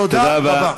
תודה רבה.